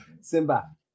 Simba